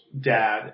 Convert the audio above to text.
dad